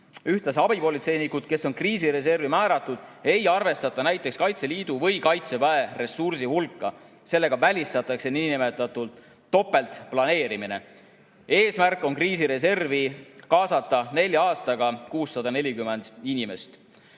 Ühtlasi abipolitseinikuid, kes on kriisireservi määratud, ei arvestata näiteks Kaitseliidu või Kaitseväe ressursi hulka. Sellega välistatakse niinimetatud topeltplaneerimine. Eesmärk on kriisireservi kaasata nelja aastaga 640 inimest.